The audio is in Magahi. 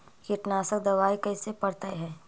कीटनाशक दबाइ कैसे पड़तै है?